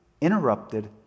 interrupted